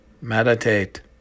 meditate